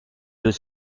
deux